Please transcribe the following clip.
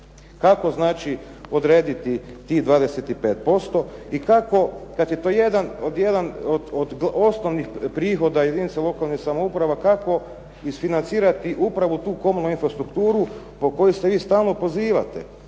Kako znači odrediti tih 25% i kako kad je to jedan od osnovnih prihoda jedinica lokalnih samouprava, kako isfinancirati upravo tu komunalnu infrastrukturu po kojoj ste vi stalno pozivate